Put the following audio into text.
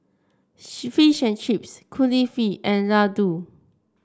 Fish and Chips Kulfi and Ladoo